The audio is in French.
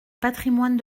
patrimoine